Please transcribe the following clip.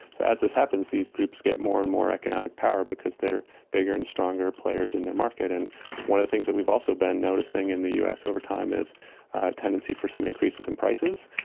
so as this happens these groups get more and more economic power because they're bigger and stronger players in their market, and one of the things that we've also been noticing in the us over time is a tendency for some increases in prices.